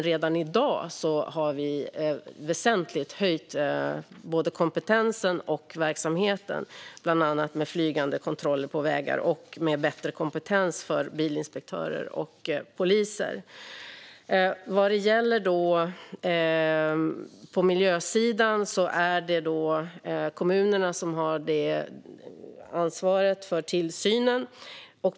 Redan i dag har vi väsentligt höjt både kompetensen och verksamheten genom bland annat flygande kontroller på vägar och bättre utbildning för bilinspektörer och poliser. På miljösidan är det kommunerna som har ansvaret för tillsynen.